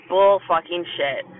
Bull-fucking-shit